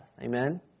Amen